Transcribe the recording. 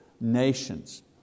nations